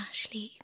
Ashley